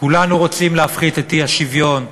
כולנו רוצים להפחית את האי-שוויון,